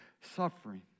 suffering